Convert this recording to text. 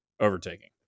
Overtaking